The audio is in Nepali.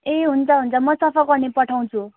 ए हुन्छ हुन्छ म सफा गर्ने पठाउँछु